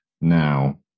now